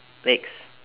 legs